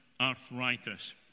arthritis